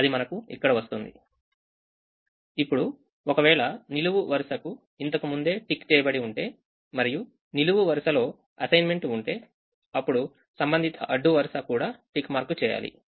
అదిమనకు ఇక్కడ వస్తుంది ఇప్పుడు ఒకవేళ నిలువు వరుసకు ఇంతకు ముందే టిక్ చేయబడి ఉంటే మరియు నిలువు వరుసలో అసైన్మెంట్ ఉంటే అప్పుడు సంబంధిత అడ్డు వరుస కూడా టిక్ మార్క్ చేయాలి